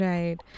Right